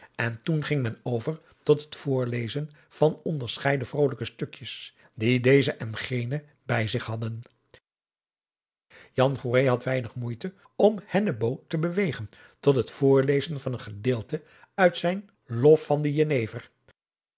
en toen ging men over tot het voorlezen van onderscheiden vrolijke stukjes die deze en gene bij zich hadden jan goeree had weinig moeite om hennebo te bewegen tot het voorlezen van een gedeelte uit zijn lof van den jenever